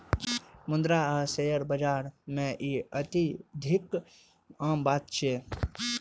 मुद्रा आ शेयर बाजार मे ई अत्यधिक आम बात छै